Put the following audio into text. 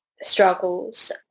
struggles